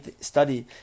study